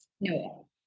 No